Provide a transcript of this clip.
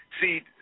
See